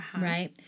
right